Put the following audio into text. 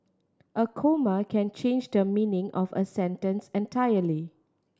a comma can change the meaning of a sentence entirely